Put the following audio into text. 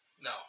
No